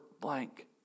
blank